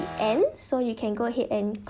end so you can go ahead and